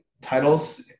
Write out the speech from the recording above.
titles